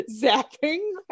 zapping